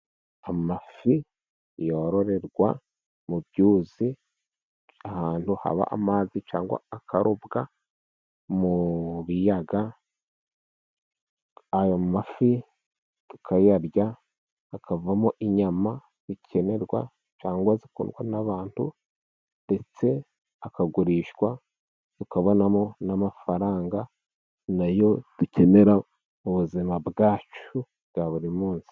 Amafi yororerwa mu byuzi, ahantu haba amazi cyangwa akarobwa mu biyaga. Ayo mafi tukayarya hakavamo inyama zikenerwa cyangwa zikundwa n'abantu, ndetse akagurishwa tukabonamo n'amafaranga, na yo dukenera mu buzima bwacu bwa buri munsi.